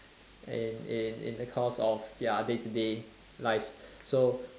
in in in a course of their day to day lives so